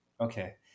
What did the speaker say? Okay